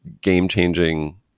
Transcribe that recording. game-changing